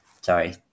Sorry